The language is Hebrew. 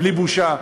בלי בושה.